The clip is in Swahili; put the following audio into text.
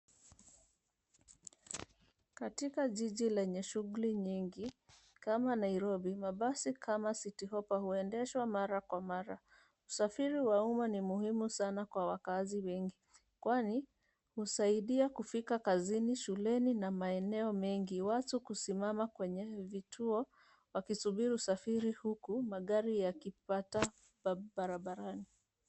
Katika jiji lenye shughuli nyingi kama Nairobi. Mabasi kama Citihoppa huendeshwa mara kwa mara. Usafiri wa umma ni muhimu sana kwa wakaazi wengi kwani husaidia kufika kazini, shuleni na maeneo mengi. Watu kusimama kwenye vituo wakisubiri usafiri huku magari yakipata barabarani.